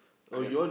I had